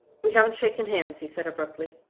we haven't shaken hands, he said, abruptly.